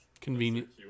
convenient